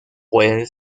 pueden